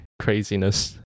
craziness